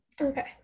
Okay